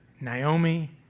Naomi